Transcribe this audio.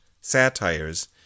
satires